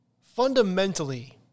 Fundamentally